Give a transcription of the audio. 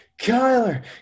Kyler